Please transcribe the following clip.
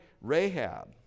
Rahab